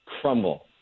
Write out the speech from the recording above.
crumble